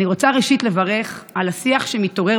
אני רוצה ראשית לברך על השיח שמתעורר